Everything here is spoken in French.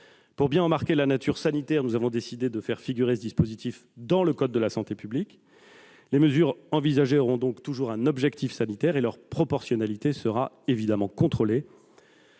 Pour bien en marquer la nature sanitaire, nous avons décidé de faire figurer ce dispositif dans le code de la santé publique. Les mesures envisagées auront donc toujours un objectif sanitaire et leur proportionnalité sera évidemment contrôlée.